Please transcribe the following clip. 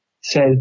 says